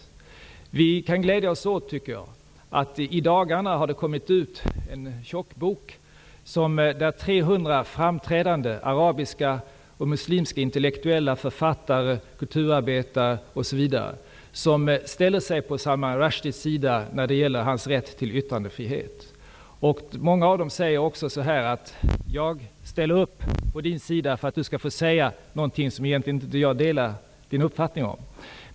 Jag tycker att vi kan glädja oss åt att det i dagarna har getts ut en tjock bok, där 300 framträdande arabiska och muslimska intellektuella författare, kulturarbetare etc. ställer sig på Salman Rushdies sida när det gäller hans rätt till yttrandefrihet. Många av dem säger: Jag ställer upp på din sida, för att du skall få säga någonting som jag egentligen inte delar din uppfattning om.